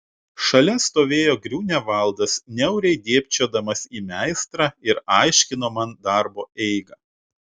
šalia stovėjo griunevaldas niauriai dėbčiodamas į meistrą ir aiškino man darbo eigą